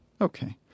Okay